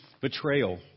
betrayal